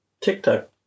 TikTok